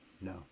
no